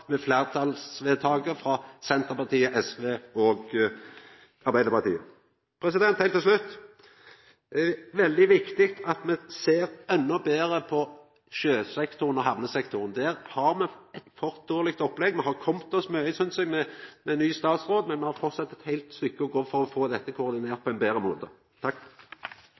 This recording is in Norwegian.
med fleirtalsvedtaket frå Senterpartiet, SV og Arbeidarpartiet. Heilt til slutt: Det er veldig viktig at me ser enda meir på sjøsektoren og hamnesektoren. Der har me eit for dårleg opplegg. Me har kome oss mye, synest eg, med ny statsråd, men me har framleis eit stykke å gå for å få dette koordinert på ein betre